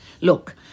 Look